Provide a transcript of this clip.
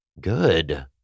Good